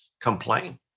complain